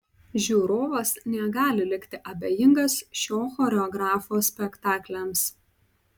žiūrovas negali likti abejingas šio choreografo spektakliams